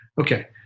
Okay